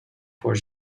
voor